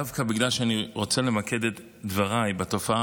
דווקא בגלל שאני רוצה למקד את דבריי בתופעה